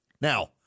Now